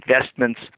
investments